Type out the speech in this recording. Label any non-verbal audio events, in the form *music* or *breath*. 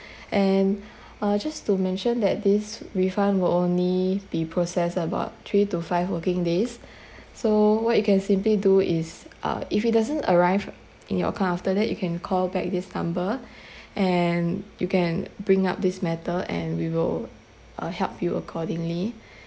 and *breath* uh just to mention that this refund will only be processed about three to five working days *breath* so what you can simply do is uh if it doesn't arrive in your account after that you can call back this number *breath* and you can bring up this matter and we will uh help you accordingly